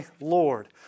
Lord